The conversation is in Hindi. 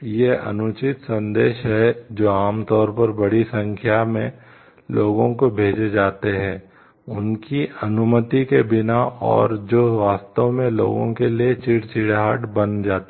ये अनुचित संदेश हैं जो आमतौर पर बड़ी संख्या में लोगों को भेजे जाते हैं उनकी अनुमति के बिना और जो वास्तव में लोगों के लिए चिड़चिड़ाहट बन जाते हैं